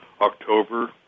October